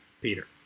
Peter